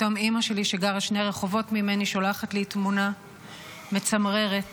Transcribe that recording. שולחת לי תמונה מצמררת